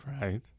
Right